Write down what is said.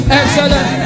excellent